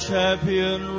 champion